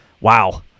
wow